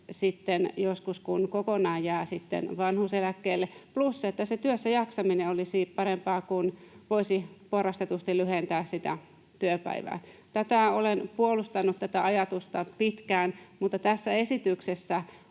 joskus, kun kokonaan jää vanhuuseläkkeelle, plus että se työssäjaksaminen olisi parempaa, kun voisi porrastetusti lyhentää sitä työpäivää. Tätä ajatusta olen puolustanut pitkään, mutta tässä esityksessä